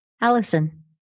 Allison